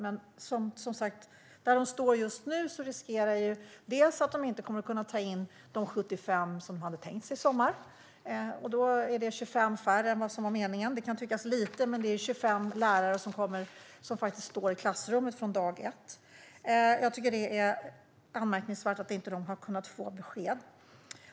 Men där de står just nu riskerar de att inte kunna ta in de 75 som de hade tänkt sig i sommar. Det är 25 färre än vad som var meningen. Det kan tyckas vara lite, men det är 25 lärare som står i klassrummet från dag ett. Jag tycker att det är anmärkningsvärt att Teach for Sweden inte har kunnat få besked.